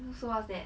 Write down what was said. so what's that